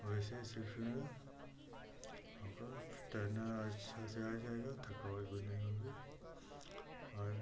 वैसे सीखेंगे अगर तैरना अच्छा से आ जाएगा थकावट भी नहीं होगी और